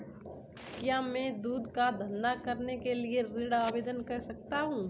क्या मैं दूध का धंधा करने के लिए ऋण आवेदन कर सकता हूँ?